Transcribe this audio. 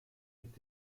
mit